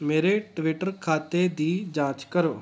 ਮੇਰੇ ਟਵਿੱਟਰ ਖਾਤੇ ਦੀ ਜਾਂਚ ਕਰੋ